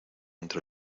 entre